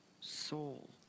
soul